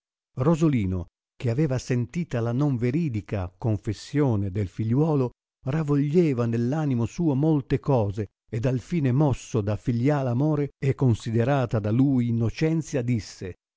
rosolino che aveva sentita la non veridica confessione del figliuolo ravoglieva nell animo suo molte cose ed alfine mosso da fìlial amore e considerata la lui innocenzia disse